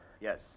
yes